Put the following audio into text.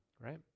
right